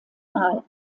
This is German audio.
mal